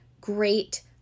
great